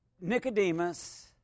Nicodemus